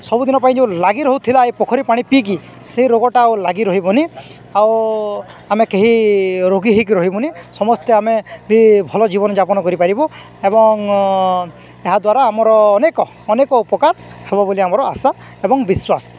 ସବୁଦିନ ପାଇଁ ଯେଉଁ ଲାଗି ରହୁଥିଲା ଏଇ ପୋଖରୀ ପାଣି ପିଇକି ସେଇ ରୋଗଟା ଆଉ ଲାଗି ରହିବନି ଆଉ ଆମେ କେହି ରୋଗୀ ହେଇକି ରହିବନି ସମସ୍ତେ ଆମେ ବି ଭଲ ଜୀବନଯାପନ କରିପାରିବୁ ଏବଂ ଏହାଦ୍ୱାରା ଆମର ଅନେକ ଅନେକ ଉପକାର ହେବ ବୋଲି ଆମର ଆଶା ଏବଂ ବିଶ୍ୱାସ